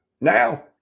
now